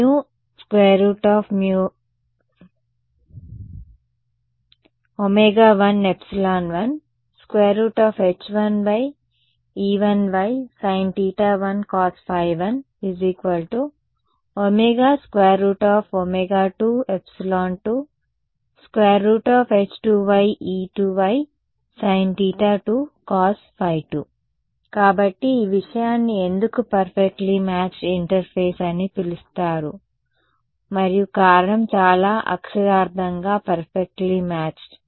1ε1h1ye1y sin1 cos ∅1 2ε2h2ye2y sin2 cos ∅2 కాబట్టి ఈ విషయాన్ని ఎందుకు పర్ఫెక్ట్లి మ్యాచ్డ్ ఇంటర్ఫేస్ అని పిలుస్తారు మరియు కారణం చాలా అక్షరార్థంగా పర్ఫెక్ట్లి మ్యాచ్డ్